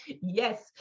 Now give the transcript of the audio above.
Yes